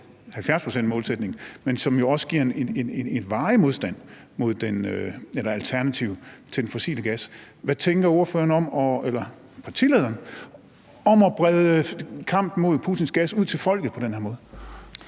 70-procentsmålsætningen, men også giver et alternativ til den fossile gas. Hvad tænker partilederen om at brede kampen mod Putins gas ud til folket på den her måde?